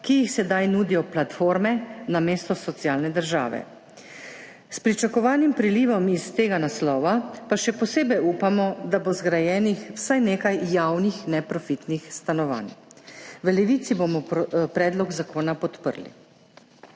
ki jih sedaj nudijo platforme namesto socialne države. S pričakovanim prilivom iz tega naslova pa še posebej upamo, da bo zgrajenih vsaj nekaj javnih neprofitnih stanovanj. V Levici bomo predlog zakona podprli.